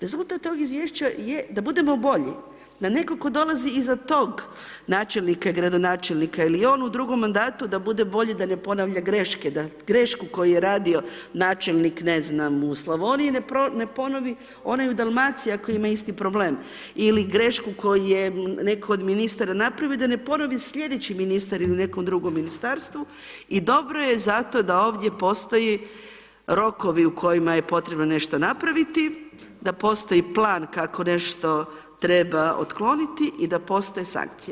Rezultat tog izvješća je da budemo bolji, da netko ko dolazi iza tog načelnika, gradonačelnika ili on u drugom mandatu bude bolji, da ne ponavlja greške, da grešku koju je radio načelnik ne znam u Slavoniji, ne ponovi onaj u Dalmaciji ako ima isti problem, ili grešku koju je neko od ministara da ne ponovi slijedeći ministar i u nekom drugom ministarstvu i dobro je zato da ovdje postoje rokovi u kojima je potrebno je nešto napraviti, da postoji plan kako nešto treba otkloniti i da postoje sankcije.